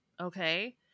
Okay